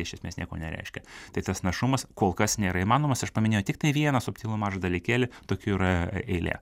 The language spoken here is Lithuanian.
iš esmės nieko nereiškia tai tas našumas kol kas nėra įmanomas aš paminėjau tiktai vieną subtilų mažą dalykėlį tokių yra e eilė